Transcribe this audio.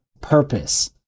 purpose